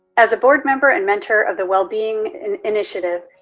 as a board member and mentor of the well-being and initiative,